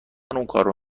اونکارو